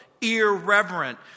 irreverent